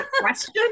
question